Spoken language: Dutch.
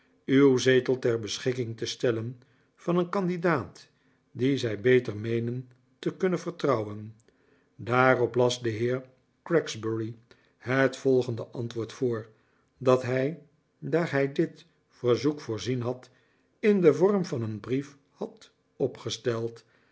uw zetel ter beschikking te stellen van een candidaat dien zij beter meenen te kunnen vertrouwen daarop las de heer gregsbury het volgende antwoord voor dat hij daar hij dit verzoek voorzien had in den vorm van een brief had opgesteld